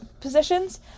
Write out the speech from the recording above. positions